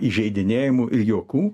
įžeidinėjimų ir juokų